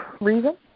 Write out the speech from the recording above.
reason